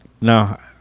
No